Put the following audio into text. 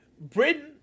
Britain